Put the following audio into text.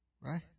Right